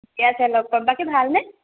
ঠিকে আছে লগ পাম বাকী ভাল নে